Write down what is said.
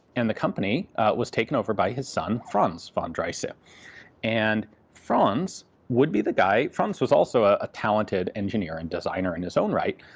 and the company was taken over by his son, franz von dreyse. yeah and franz would be the guy franz was also a talented engineer and designer in his own right,